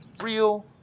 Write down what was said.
real